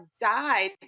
died